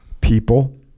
people